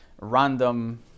random